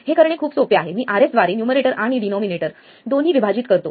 हे करणे खूप सोपे आहे मी Rsद्वारे न्यूमरेटर आणि डिनॉमिनेटर दोन्ही विभाजित करतो